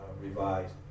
revised